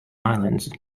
islands